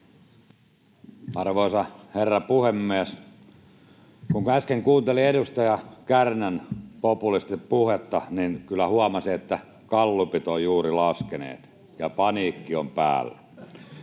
Arvoisa herra puhemies! Kun äsken kuunteli edustaja Kärnän populistista puhetta, niin kyllä huomasi, että gallupit ovat juuri laskeneet ja paniikki on päällä.